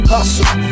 Hustle